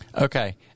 Okay